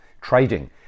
trading